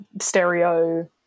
stereo